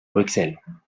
bruxelles